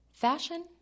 Fashion